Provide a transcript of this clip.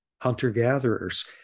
hunter-gatherers